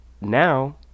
now